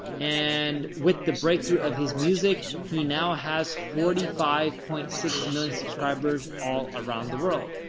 and with the breakthrough of his music, he now has forty five point six million subscribers all around the world.